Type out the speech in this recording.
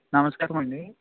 నమస్కారమండి